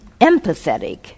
empathetic